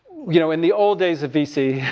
you know in the old days of vc,